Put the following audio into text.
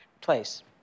place